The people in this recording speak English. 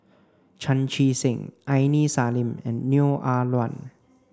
Chan Chee Seng Aini Salim and Neo Ah Luan